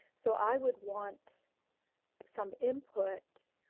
so i would want some input,